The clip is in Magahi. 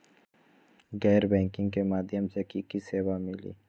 गैर बैंकिंग के माध्यम से की की सेवा मिली?